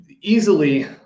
easily